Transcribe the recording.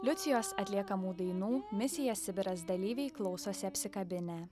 liucijos atliekamų dainų misija sibiras dalyviai klausosi apsikabinę